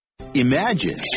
Imagine